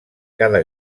cada